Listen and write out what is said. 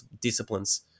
disciplines